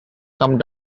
come